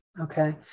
Okay